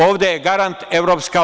Ovde garant EU.